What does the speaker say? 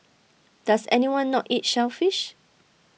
does anyone not eat shellfish